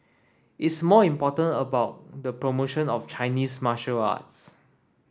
it's more important about the promotion of Chinese martial arts